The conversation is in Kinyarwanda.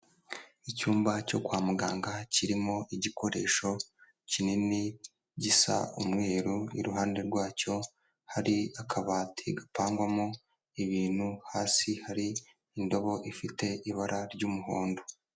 Icyumba cyo kwa muganga kirimo igikoresho kinini gisa umweru iruhande rwacyo hari akabati gapangwamo ibintu hasi hari indobo ifite ibara ry'umuhondo.